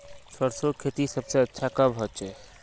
सरसों खेती सबसे अच्छा कब होचे?